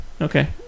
Okay